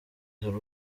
hari